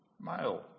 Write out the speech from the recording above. Male